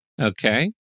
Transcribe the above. Okay